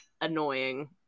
annoying